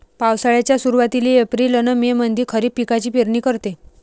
पावसाळ्याच्या सुरुवातीले एप्रिल अन मे मंधी खरीप पिकाची पेरनी करते